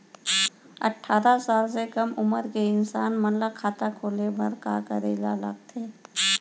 अट्ठारह साल से कम उमर के इंसान मन ला खाता खोले बर का करे ला लगथे?